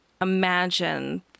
imagine